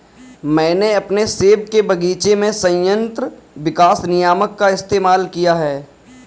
मैंने अपने सेब के बगीचे में संयंत्र विकास नियामक का इस्तेमाल किया है